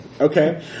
Okay